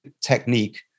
technique